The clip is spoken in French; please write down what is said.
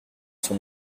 sont